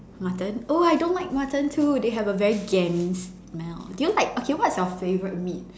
mutton oh I don't like mutton too they have a very gamey smell do you like okay what's your favourite meat